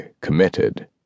committed